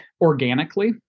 organically